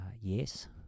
yes